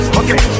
okay